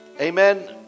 amen